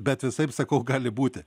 bet visaip sakau gali būti